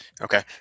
Okay